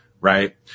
right